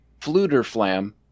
Fluterflam